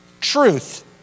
truth